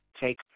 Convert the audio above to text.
take